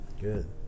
good